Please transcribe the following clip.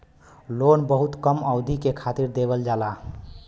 loan बहुत कम अवधि के खातिर देवल जाला